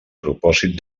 propòsit